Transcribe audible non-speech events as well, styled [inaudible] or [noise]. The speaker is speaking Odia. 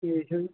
[unintelligible]